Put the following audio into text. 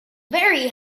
very